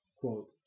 quote